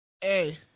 Hey